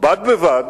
בד בבד